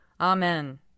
Amen